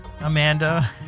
Amanda